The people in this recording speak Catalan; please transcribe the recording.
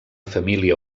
família